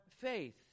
faith